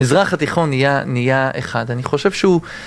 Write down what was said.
מזרח התיכון נהיה אחד, אני חושב שהוא...